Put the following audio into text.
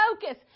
focus